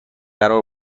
قرار